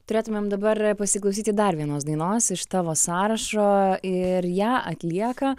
turėtumėm dabar pasiklausyti dar vienos dainos iš tavo sąrašo ir ją atlieka